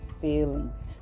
feelings